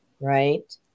right